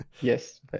Yes